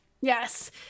yes